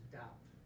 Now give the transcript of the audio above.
doubt